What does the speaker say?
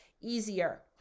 easier